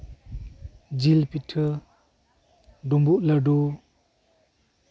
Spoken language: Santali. ᱡᱤᱞ ᱯᱤᱴᱷᱟᱹ ᱰᱩᱢᱵᱩᱜ ᱞᱟᱹᱰᱩ